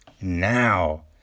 now